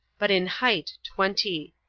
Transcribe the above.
but in height twenty.